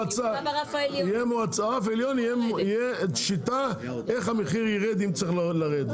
הרף עליון יהיה שיטה איך המחיר ירד עם צריך לרדת,